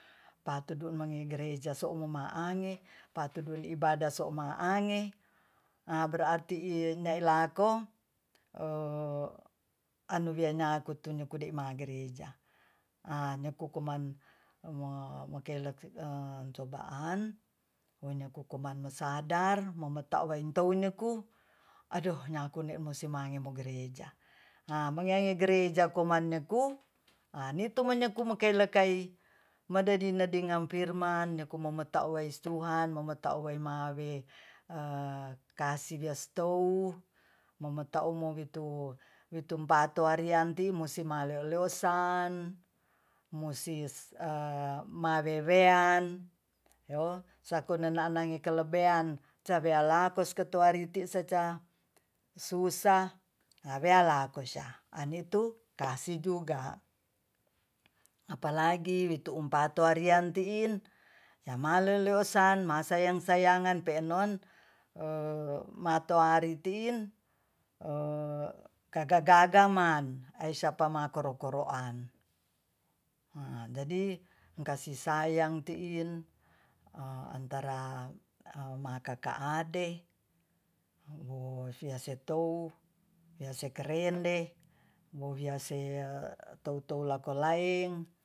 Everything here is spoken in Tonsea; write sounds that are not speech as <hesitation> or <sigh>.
Patudu'mane gereja so'uma'ange <noise> pa'tudun ibadah so ma'ange a berarti inyailako <hesitation> anuwian nyako tunyukude magerija ha nyoku kuman <hesitation> cobaan wenyeku kuman masadar memeto'waintou nyeku adoh nyaku ne'moseimange mo gereja nah mangiange gereja komannyeku <noise> ha ni'tu menyeku mekeiletkai mededidedingang firman nyekumemetaoweish tuhan memetaoish mawe <hesitation> kasih wias tou memeta'ou mowitu-parianti mosimale leosan musis <hesitation> mawewean sakone'a kelebean cabealakos kotoariti seca susah hawelakosya ani'tu kasih juga apalagi wi'tu umpato arianti'in namale leo-leosan masayang-sayangan pe'non <hesitation> matoariti'in <hesitation> gagah-gagaman aisyapamakoro-koro'an jadi kasih sayang ti'in antara makaka ade sia setou yasekerende wowiyase tou-tou lako laeng